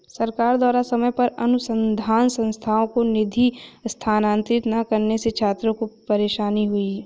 सरकार द्वारा समय पर अनुसन्धान संस्थानों को निधि स्थानांतरित न करने से छात्रों को परेशानी हुई